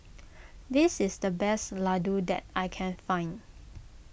this is the best Ladoo that I can find